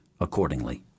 accordingly